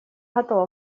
готова